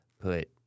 put